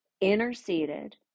interceded